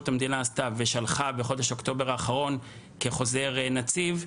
המדינה עשתה ושלחה בחודש אוקטובר האחרון כחוזר נציב,